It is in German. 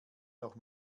noch